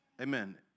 Amen